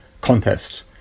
contest